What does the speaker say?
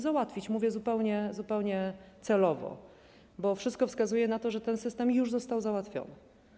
Załatwić - mówię to zupełnie celowo, bo wszystko wskazuje na to, że ten system już został załatwiony.